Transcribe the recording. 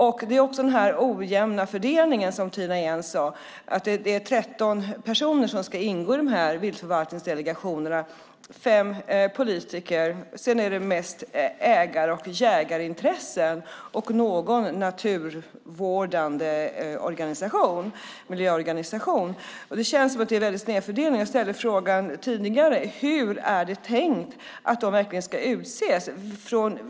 Jag undrar också över den ojämna fördelning som Tina Ehn tog upp. Det är 13 personer som ska ingå i varje delegation. Fem av dem ska vara politiker. Sedan är det mest representanter för ägar och jägarintressen och så någon från en naturvårdande miljöorganisation. Det känns som en kraftig snedfördelning. Jag frågade tidigare: Hur är det tänkt att representanterna ska utses?